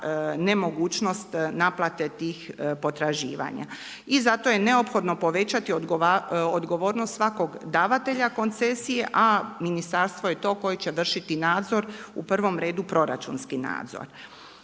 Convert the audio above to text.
nemogućnost naplate tih potraživanja. I zato je neophodno povećati odgovornost svakog davatelja koncesije, a ministarstvo je to koje će vršiti nadzor u prvom redu proračunski nadzor.